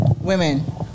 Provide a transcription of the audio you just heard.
women